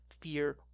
fear